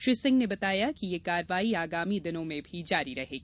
श्रीसिंह ने बताया कि यह कार्रवाई आगामी दिनों में भी जारी रहेगी